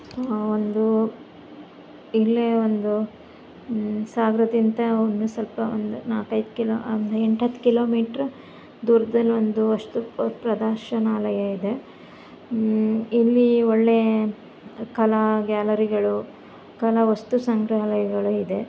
ಒಂದು ಇಲ್ಲೇ ಒಂದು ಸಾಗ್ರದಿಂದ ಒಂದು ಸ್ವಲ್ಪ ಒಂದು ನಾಲ್ಕು ಐದು ಕಿಲೋ ಒಂದು ಎಂಟು ಹತ್ತು ಕಿಲೋಮೀಟ್ರ್ ದೂರ್ದಲ್ಲಿ ಒಂದು ವಸ್ತು ಪ್ರದರ್ಶನಾಲಯ ಇದೆ ಇಲ್ಲಿ ಒಳ್ಳೆಯ ಕಲಾ ಗ್ಯಾಲರಿಗಳು ಕಲಾ ವಸ್ತು ಸಂಗ್ರಹಾಲಯಗಳು ಇದೆ